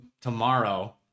tomorrow